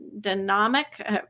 dynamic